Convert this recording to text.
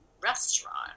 restaurant